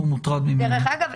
דרך אגב,